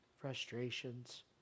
frustrations